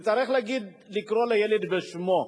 וצריך לקרוא לילד בשמו.